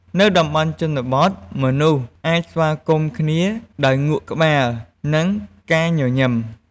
នៅតំបន់ជនបទ មនុស្សអាចស្វាគមន៍គ្នាដោយងក់ក្បាល និងការញញឹម។